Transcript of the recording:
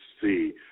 see